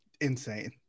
Insane